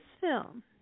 film